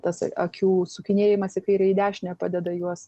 tas akių sukinėjimas į kairę į dešinę padeda juos